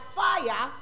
fire